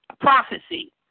prophecy